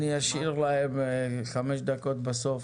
אני אשאיר להם חמש דקות בסוף,